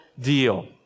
deal